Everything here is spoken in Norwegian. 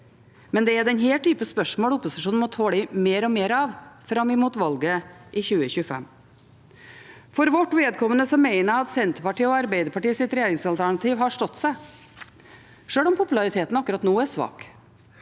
men det er denne typen spørsmål opposisjonen må tåle mer og mer av fram mot valget i 2025. For vårt vedkommende mener jeg at Senterpartiet og Arbeiderpartiets regjeringsalternativ har stått seg, sjøl om populariteten akkurat nå er svak.